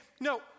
no